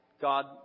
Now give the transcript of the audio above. God